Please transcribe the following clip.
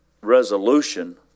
resolution